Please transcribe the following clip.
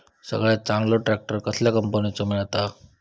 सगळ्यात चांगलो ट्रॅक्टर कसल्या कंपनीचो मिळता?